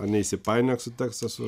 ar neįsipainiok su teksaso